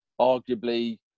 arguably